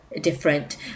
different